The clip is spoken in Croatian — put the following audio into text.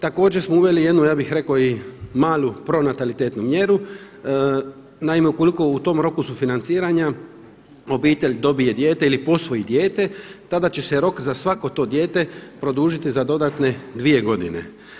Također smo uveli jednu ja bih rekao i malu pronatalitetnu mjeru, naime ukoliko u tom roku sufinanciranja obitelj dobije dijete ili posvoji dijete tada će se rok za svako to dijete produžiti za dodatne dvije godine.